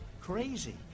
crazy